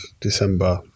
December